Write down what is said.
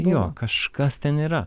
jo kažkas ten yra